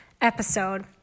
episode